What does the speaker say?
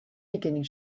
beginning